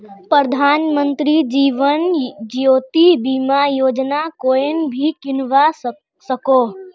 प्रधानमंत्री जीवन ज्योति बीमा योजना कोएन भी किन्वा सकोह